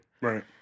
Right